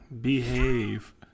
behave